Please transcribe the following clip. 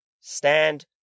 Stand